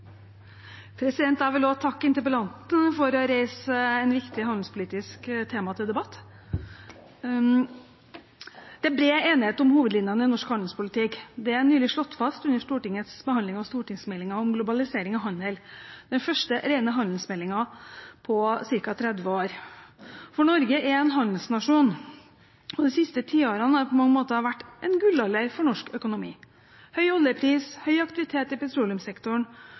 Jeg vil også takke interpellanten for å ha reist et viktig handelspolitisk tema til debatt. Det er bred enighet om hovedlinjene i norsk handelspolitikk – det er nylig slått fast under Stortingets behandling av stortingsmeldingen om globalisering av handel, den første rene handelsmeldingen på ca. 30 år. For Norge er en handelsnasjon, og de siste tiårene har på mange måter vært en gullalder for norsk økonomi. Høy oljepris og høy aktivitet i petroleumssektoren